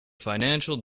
financial